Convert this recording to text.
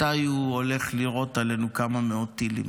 מתי הוא הולך לירות עלינו כמה מאות טילים.